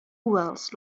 wells